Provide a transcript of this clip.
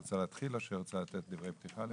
את רוצה להקריא או לומר דברי פתיחה?